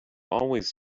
always